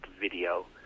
video